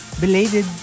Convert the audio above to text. Belated